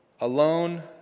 alone